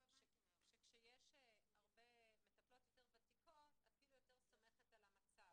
שאם יש מטפלות יותר ותיקות את יותר סומכת על המצב.